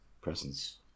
presence